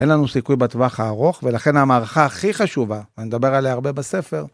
אין לנו סיכוי בטווח הארוך, ולכן המערכה הכי חשובה, אני מדבר עליה הרבה בספר.